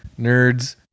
Nerds